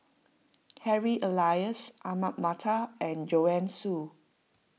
Harry Elias Ahmad Mattar and Joanne Soo